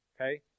okay